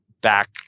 back